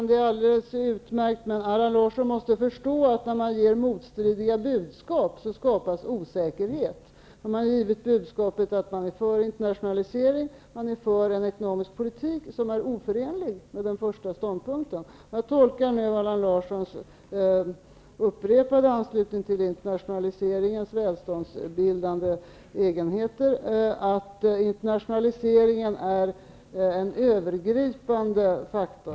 Herr talman! Allan Larsson måste förstå att när man ger motstridiga budskap skapas osäkerhet. Man har givit budskapet att man är för internationalisering, och man är för en ekonomisk politik som är oförenlig med den första ståndpunkten. Jag tolkar Allan Larssons upprepade anslutning till internationaliseringens välståndsbildande egenheter som att internationaliseringen är en övergripande faktor.